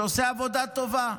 שעושה עבודה טובה,